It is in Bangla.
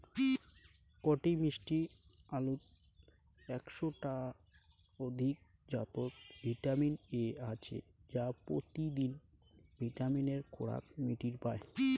কটি মিষ্টি আলুত একশ টার অধিক জাতত ভিটামিন এ আছে যা পত্যিদিন ভিটামিনের খোরাক মিটির পায়